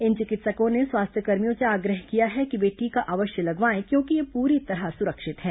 इन चिकित्सकों ने स्वास्थ्यकर्मियों से आग्रह किया है कि वे टीका अवश्य लगवाएं क्योंकि यह पूरी तरह सुरक्षित है